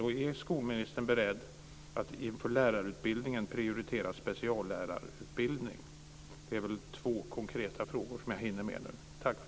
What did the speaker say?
Och är skolministern beredd att inför lärarutbildningen prioritera speciallärarutbildning? Det är två konkreta frågor som jag hinner med nu.